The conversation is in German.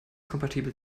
kompatibel